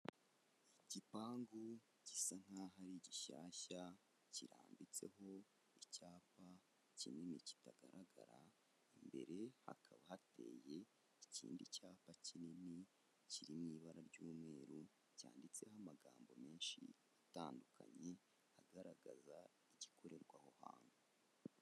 Igipangu gisa nkaho ari gishyashya kirambitseho icyapa kinini kitagaragara, imbere hakaba hateye ikindi cyapa kinini kiri mu ibara ry'umweru cyanditseho amagambo menshi atandukanye, agaragaza igikorerwa aho hantu.